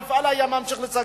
המפעל היה ממשיך לשגשג.